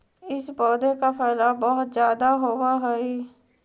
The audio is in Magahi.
इस पौधे का फैलाव बहुत ज्यादा होवअ हई